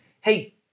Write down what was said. Hey